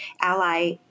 ally